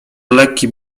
lekki